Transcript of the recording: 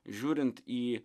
žiūrint į